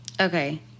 Okay